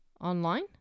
online